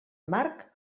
marc